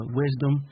wisdom